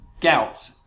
gout